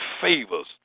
favors